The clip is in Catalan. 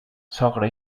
sogra